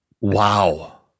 Wow